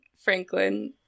Franklin